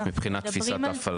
מבחינת תפיסת ההפעלה.